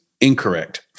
incorrect